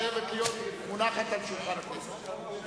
צריכה להיות מונחת על שולחן הכנסת.